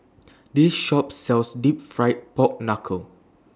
This Shop sells Deep Fried Pork Knuckle